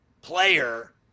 player